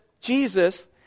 Jesus